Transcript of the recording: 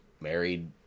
married